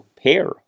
pair